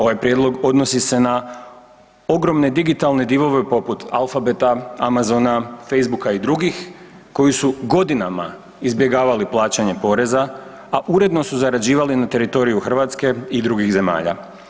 Ovaj prijedlog odnosi se na ogromne digitalne divove poput Alfabeta, Amazona, Facebooka i drugih koji su godinama izbjegavali plaćanje poreza, a uredno su zarađivali na teritoriju Hrvatske i drugih zemalja.